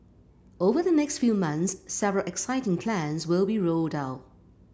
over the next few months several exciting plans will be rolled out